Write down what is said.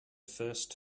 first